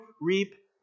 reap